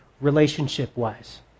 relationship-wise